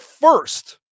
first